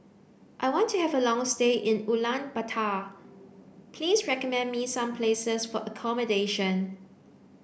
I want to have a long stay in Ulaanbaatar please recommend me some places for accommodation